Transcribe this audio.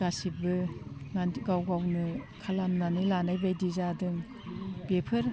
गासैबो गाव गावनो खालामनानै लानायबायदि जादों बेफोर